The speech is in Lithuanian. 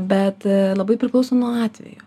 bet labai priklauso nuo atvejų